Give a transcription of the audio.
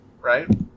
Right